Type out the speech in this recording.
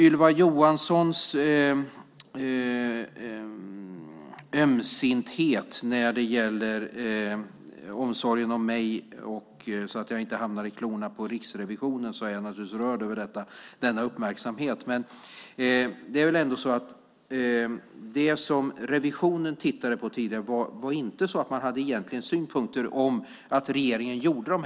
Ylva Johansson visar en ömsinthet i sin omsorg om mig så att jag inte ska hamna i klorna på Riksrevisionen. Jag är naturligtvis rörd över denna uppmärksamhet. I fråga om det som revisionen tittade på tidigare hade man egentligen inte synpunkter på att regeringen gör dessa saker.